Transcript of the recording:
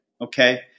Okay